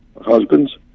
husbands